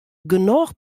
genôch